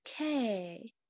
okay